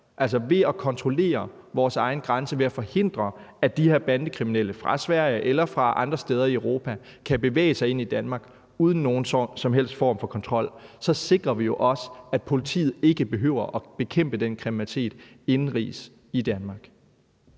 Ved at kontrollere vores egen grænse og ved at forhindre, at de her bandekriminelle fra Sverige eller fra andre steder i Europa kan bevæge sig ind i Danmark uden nogen som helst for kontrol, sikrer vi jo også, at politiet ikke behøver at bekæmpe den kriminalitet indenrigs i Danmark.